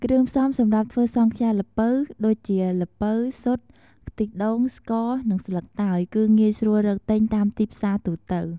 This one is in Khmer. គ្រឿងផ្សំសម្រាប់ធ្វើសង់ខ្យាល្ពៅ ដូចជា ល្ពៅ ស៊ុត ខ្ទិះដូង ស្ករ និងស្លឹកតើយ គឺងាយស្រួលរកទិញតាមទីផ្សារទូទៅ។